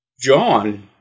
John